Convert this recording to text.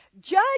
Judge